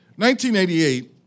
1988